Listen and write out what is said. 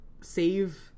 save